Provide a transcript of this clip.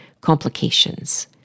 complications